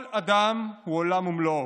כל אדם הוא עולם ומלואו,